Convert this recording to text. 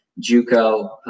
JUCO